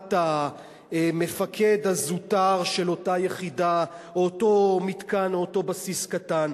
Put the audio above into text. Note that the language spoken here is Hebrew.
ברמת המפקד הזוטר של אותה יחידה או אותו מתקן או אותו בסיס קטן.